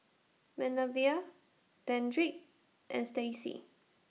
Manervia Dedrick and Stacey